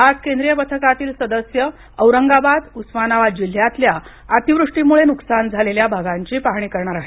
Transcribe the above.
आज केंद्रीय पथकातील सदस्य औरंगाबाद आणि उस्मानाबाद जिल्हयातील अतिवृष्टीमुळे नुकसान झालेल्या भागांची पाहणी करणार आहे